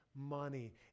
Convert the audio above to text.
money